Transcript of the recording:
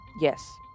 yes